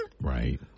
Right